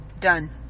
Done